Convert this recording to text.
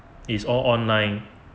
it's all online